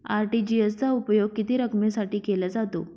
RTGS चा उपयोग किती रकमेसाठी केला जातो?